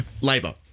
Labour